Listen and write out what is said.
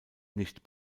nicht